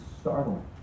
startling